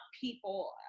people